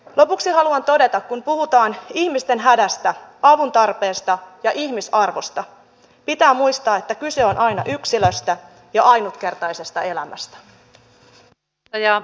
lopuksi haluan todeta kun puhutaan ihmisten hädästä avuntarpeesta ja ihmisarvosta että pitää muistaa että kyse on aina yksilöstä ja ainutkertaisesta elämästä